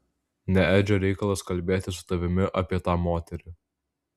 ne edžio reikalas kalbėti su tavimi apie tą moterį